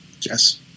Yes